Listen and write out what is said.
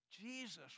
Jesus